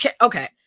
Okay